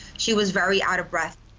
she was very out of breath.